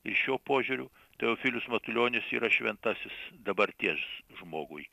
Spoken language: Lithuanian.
ir šiuo požiūriu teofilius matulionis yra šventasis dabarties žmogui